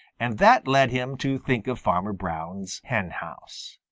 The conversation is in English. and that led him to think of farmer brown's henhouse.